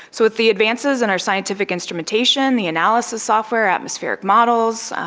so with the advances in our scientific instrumentation, the analysis software, atmospheric models,